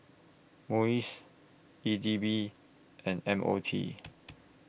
Muis E D B and M O T